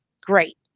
great